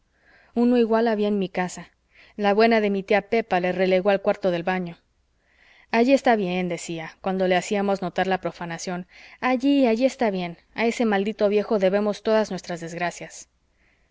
uno igual había en mi casa la buena de mi tía pepa le relegó al cuarto del baño allí está bien decía cuando le hacíamos notar la profanación allí allí está bien a ese maldito viejo debemos todas nuestras desgracias